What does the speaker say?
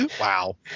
Wow